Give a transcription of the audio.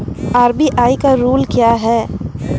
RBI का rule क्या हैं?